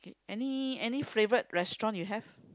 any any favourite restaurant you have